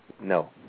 No